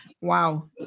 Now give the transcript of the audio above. Wow